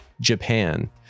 japan